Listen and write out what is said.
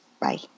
Bye